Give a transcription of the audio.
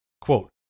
Quote